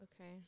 Okay